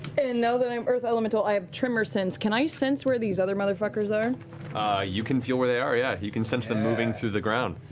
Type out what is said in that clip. and now that i'm earth elemental, i have tremor sense. can i sense where these other motherfuckers are? matt you can feel where they are, yeah. you can sense them moving through the ground.